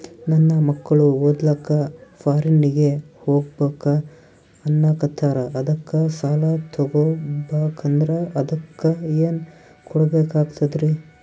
ನನ್ನ ಮಕ್ಕಳು ಓದ್ಲಕ್ಕ ಫಾರಿನ್ನಿಗೆ ಹೋಗ್ಬಕ ಅನ್ನಕತ್ತರ, ಅದಕ್ಕ ಸಾಲ ತೊಗೊಬಕಂದ್ರ ಅದಕ್ಕ ಏನ್ ಕೊಡಬೇಕಾಗ್ತದ್ರಿ?